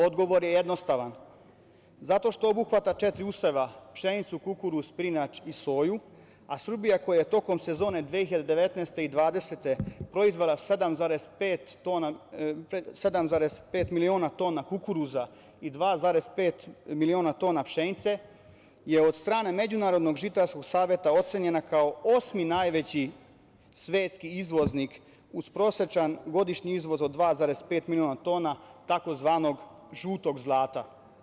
Odgovor je jednostavan – zato što obuhvata četiri useva, pšenicu, kukuruz, pirinač i soju, a Srbija koja je tokom sezone 2019. i 2020. proizvela 7,5 miliona tona kukuruza i 2,5 miliona tona pšenice je od strane Međunarodnog žitarskog saveta ocenjena kao osmi najveći svetski izvoznik, uz prosečan godišnji izvoz od 2,5 miliona tona tzv. žutog zlata.